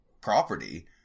property